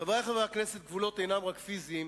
חברי חברי הכנסת, גבולות אינם רק פיזיים,